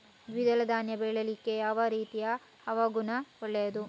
ದ್ವಿದಳ ಧಾನ್ಯ ಬೆಳೀಲಿಕ್ಕೆ ಯಾವ ರೀತಿಯ ಹವಾಗುಣ ಒಳ್ಳೆದು?